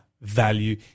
value